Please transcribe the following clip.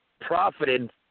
profited